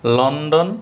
London